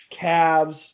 calves